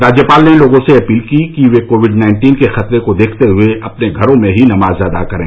राज्यपाल ने लोगों से अपील की कि वे कोविड नाइन्टीन के खतरे को देखते हए अपने घरों में ही नमाज अदा करें